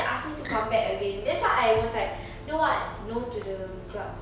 they asked to come back again that's why I was like no I no to the club